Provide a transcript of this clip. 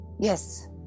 Yes